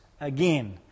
again